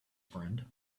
friend